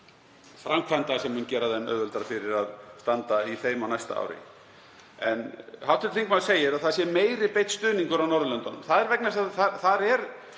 segir að það sé meiri beinn stuðningur á Norðurlöndunum. Það er vegna þess að þar er